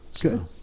good